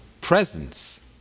Presence